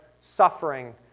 suffering